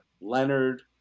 Leonard